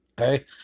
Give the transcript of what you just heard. Okay